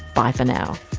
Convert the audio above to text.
bye for now